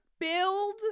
build